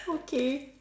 okay